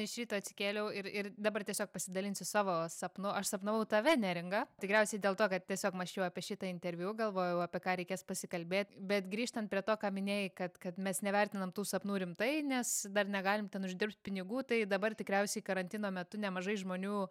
iš ryto atsikėliau ir ir dabar tiesiog pasidalinsiu savo sapnu aš sapnavau tave neringa tikriausiai dėl to kad tiesiog mąsčiau apie šitą interviu galvojau apie ką reikės pasikalbėt bet grįžtant prie to ką minėjai kad kad mes nevertinam tų sapnų rimtai nes dar negalim ten uždirbt pinigų tai dabar tikriausiai karantino metu nemažai žmonių